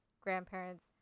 grandparents